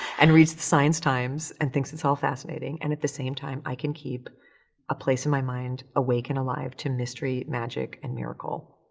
and reads the science times and thinks it's all fascinating and at the same time i can keep a place in my mind awake and alive to mystery, magic, and miracle.